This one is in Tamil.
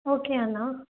ஓகே அண்ணா